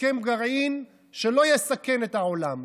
הסכם גרעין שלא יסכן את העולם,